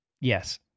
yes